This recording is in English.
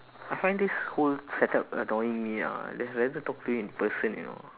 I find this whole setup annoying me ah I'd rather talk to you in and person you know